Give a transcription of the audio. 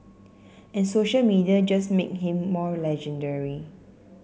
and social media just make him more legendary